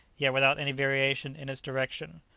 yet without any variation in its direction.